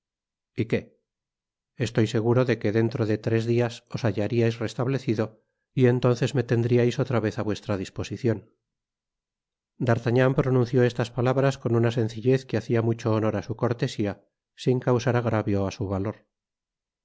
estoy seguro de que dentro de tres dias os hallariais restablecido y entonces me tendriais otra vez á vuestra disposicion d'artagnan pronunció estas palabras con una sencillez que hacia mucho honor á su cortesia sin causar agravio á su valor